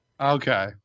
Okay